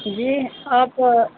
جی آپ